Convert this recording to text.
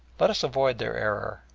let us avoid their error,